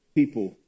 people